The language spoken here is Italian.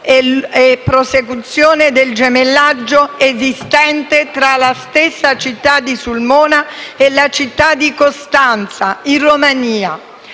e prosecuzione del gemellaggio esistente tra la città di Sulmona e la città di Costanza, in Romania,